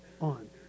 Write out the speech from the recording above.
on